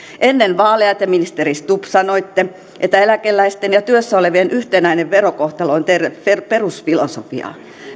ennen vaaleja te ministeri stubb sanoitte että eläkeläisten ja työssä olevien yhtenäinen verokohtelu on teille perusfilosofiaa